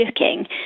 looking